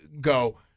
go